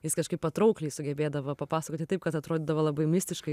jis kažkaip patraukliai sugebėdavo papasakoti taip kad atrodydavo labai mistiškai